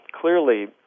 Clearly